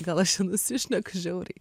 gal aš čia nusišneku žiauriai